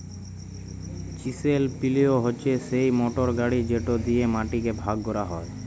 chisel পিলও হছে সেই মটর গাড়ি যেট দিঁয়ে মাটিকে ভাগ ক্যরা হ্যয়